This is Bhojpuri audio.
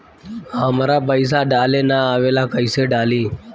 हमरा पईसा डाले ना आवेला कइसे डाली?